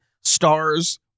stars